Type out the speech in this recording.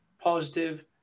positive